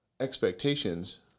Expectations